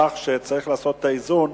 כך שצריך לעשות את האיזון.